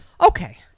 Okay